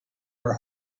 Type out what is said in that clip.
are